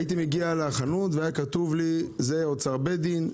הייתי מגיע לחנות והיה כתוב לי: זה אוצר בית דין,